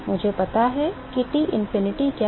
मुझे पता है कि टी इन्फिनिटी क्या है